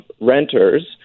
renters